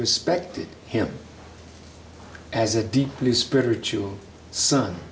respected him as a deeply spiritual s